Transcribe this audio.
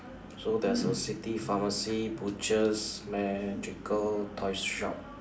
so there's a city pharmacy butchers magical toys shop